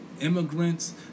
immigrants